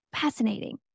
fascinating